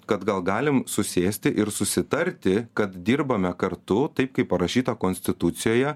kad gal galim susėsti ir susitarti kad dirbame kartu taip kaip parašyta konstitucijoje